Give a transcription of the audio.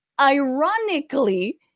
ironically